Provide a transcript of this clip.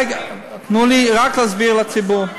אדוני השר, רגע, תנו לי רק להסביר לציבור.